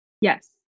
Yes